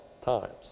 times